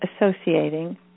associating